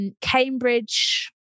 Cambridge